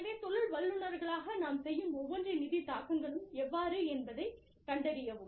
எனவே தொழில் வல்லுநர்களாக நாம் செய்யும் ஒவ்வொன்றின் நிதி தாக்கங்களும் எவ்வாறு என்பதைக் கண்டறியவும்